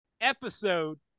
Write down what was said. Episode